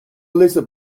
lisa